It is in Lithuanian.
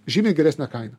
žymiai geresne kaina